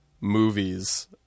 movies